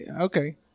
Okay